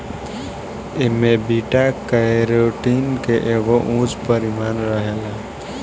एमे beta carotene के एगो उच्च परिमाण रहेला